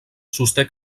sosté